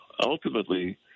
Ultimately